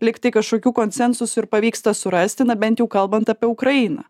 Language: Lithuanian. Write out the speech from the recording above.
lygtai kažkokių konsensusų ir pavyksta surasti na bent jau kalbant apie ukrainą